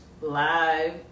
Live